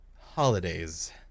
holidays